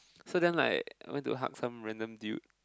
so then like I went to hug some random dude